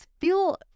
feel